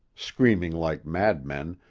screaming like madmen,